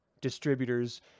distributors